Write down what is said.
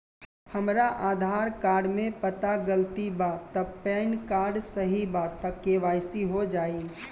हमरा आधार कार्ड मे पता गलती बा त पैन कार्ड सही बा त के.वाइ.सी हो जायी?